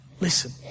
Listen